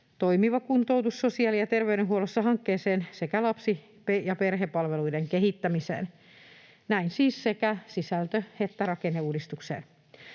Toimiva kuntoutus sosiaali‑ ja terveydenhuollossa ‑hankkeeseen sekä lapsi‑ ja perhepalveluiden kehittämiseen — näin siis sekä sisältö‑ että rakenneuudistukseen.